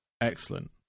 excellent